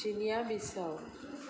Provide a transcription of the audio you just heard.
चिनयां Wiseau